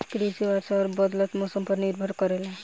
कृषि वर्षा और बदलत मौसम पर निर्भर करेला